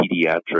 pediatric